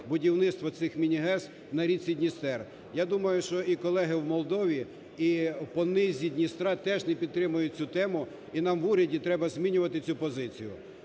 будівництва цих міні-ГАЕС на річці Дністер. Я думаю, що і колеги в Молдові, і по низі Дністра теж не підтримають цю тему, і нам в уряді треба змінювати цю позицію.